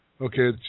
Okay